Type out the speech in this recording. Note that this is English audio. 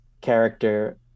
character